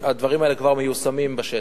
והדברים האלה כבר מיושמים בשטח.